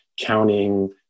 counting